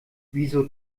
wieso